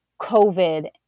COVID